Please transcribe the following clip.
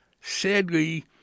sadly